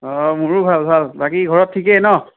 অঁ মোৰো ভাল ভাল বাকী ঘৰত ঠিকেই ন